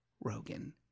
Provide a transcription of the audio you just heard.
rogan